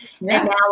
now